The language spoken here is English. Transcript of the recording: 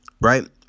Right